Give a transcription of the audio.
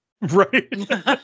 Right